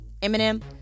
eminem